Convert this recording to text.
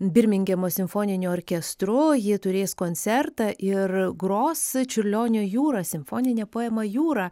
birmingemo simfoniniu orkestru ji turės koncertą ir gros čiurlionio jūrą simfoninę poemą jūra